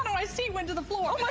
my seat went to the floor.